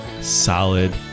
Solid